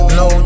no